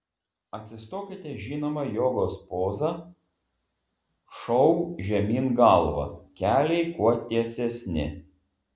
atsistokite žinoma jogos poza šou žemyn galva keliai kuo tiesesni